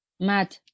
mad